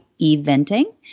Eventing